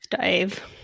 Dave